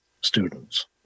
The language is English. students